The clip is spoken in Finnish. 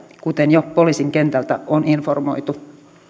kuten jo poliisin kentältä on informoitu